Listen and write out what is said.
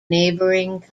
neighboring